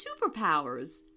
superpowers